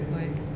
why